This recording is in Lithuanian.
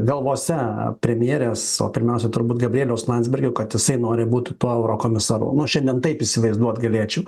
galvose premjerės o pirmiausia turbūt gabrieliaus landsbergio kad jisai nori būti tuo eurokomisaru nu šiandien taip įsivaizduot galėčiau